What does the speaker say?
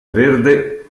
verde